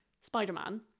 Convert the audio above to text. spider-man